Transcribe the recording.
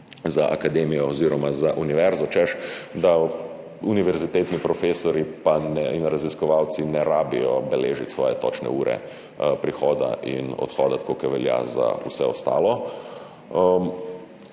za akademijo oziroma za univerzo, češ da univerzitetni profesorji in raziskovalci ne rabijo beležiti točne ure prihoda in odhoda, tako kot velja za vse ostale.